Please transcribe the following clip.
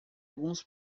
alguns